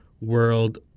World